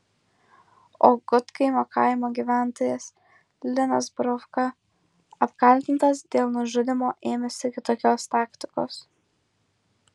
o gudkaimio kaimo gyventojas linas brovka apkaltintas dėl nužudymo ėmėsi kitokios taktikos